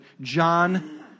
John